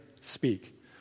speak